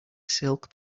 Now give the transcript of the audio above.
silk